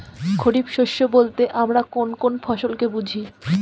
খরিফ শস্য বলতে আমরা কোন কোন ফসল কে বুঝি?